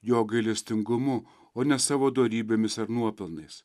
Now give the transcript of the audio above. jo gailestingumu o ne savo dorybėmis ir nuopelnais